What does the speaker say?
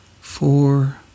four